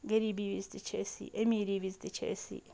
غریٖبی وِزِ تہِ چھِ أسی امیٖری وِز تہِ چھِ أسی